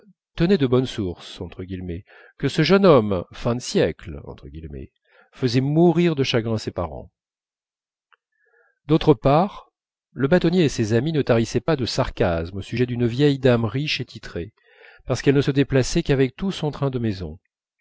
tenait de bonne source que ce jeune homme fin de siècle faisait mourir de chagrin ses parents d'autre part le bâtonnier et ses amis ne tarissaient pas de sarcasmes au sujet d'une vieille dame riche et titrée parce qu'elle ne se déplaçait qu'avec tout son train de maison